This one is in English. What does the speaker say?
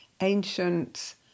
ancient